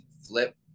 flip